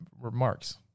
remarks